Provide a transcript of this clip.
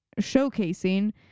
showcasing